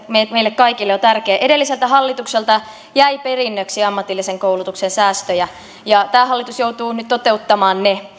meille kaikille on tärkeä edelliseltä hallitukselta jäi perinnöksi ammatillisen koulutuksen säästöjä ja tämä hallitus joutuu nyt toteuttamaan ne